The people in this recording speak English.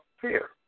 fear